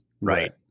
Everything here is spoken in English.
Right